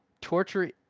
Torture